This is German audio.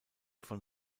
von